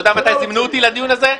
אתה יודע מתי זימנו אותי לדיון הזה?